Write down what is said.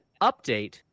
update